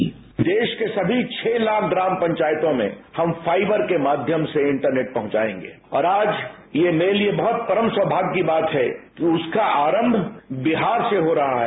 bite देश के सभी छह लाख ग्राम पंचायतों में हम फाइबर के माध्यम से इंटरनेट पहुंचाएंगे और आज ये मेरे लिए बहुत परम सौभाग्य की बात है कि उसका आरंभ बिहार से हो रहा है